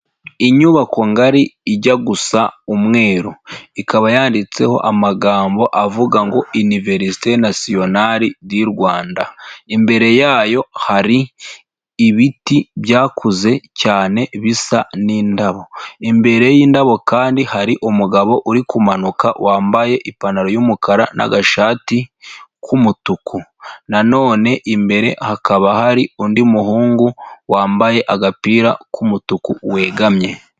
Inyubako ngari ijya gusa umweru, ikaba yanditseho amagambo avuga ngo iniverisite nasiyonari di Rwanda. Imbere yayo hari ibiti byakuze cyane bisa n'indabo, imbere y'indabo kandi hari umugabo uri kumanuka wambaye ipantaro y'umukara n'agashati k'umutuku. Nano imbere hakaba hari undi muhungu wambaye agapira k'umutuku wegamye.